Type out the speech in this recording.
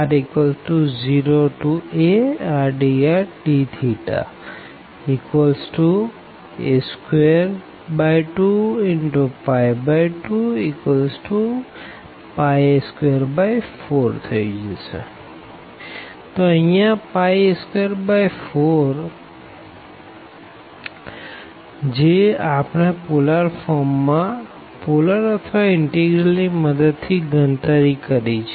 Aθ02r0ardrdθ a222 a24 તો અહિયાં a24 જે આપણે પોલર ફોર્મ માં પોલર અથવા ઇનટીગ્રલ ની મદદ થી ગણતરી કરી છે